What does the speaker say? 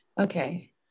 Okay